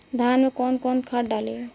धान में कौन कौनखाद डाली?